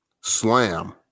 slam